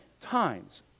times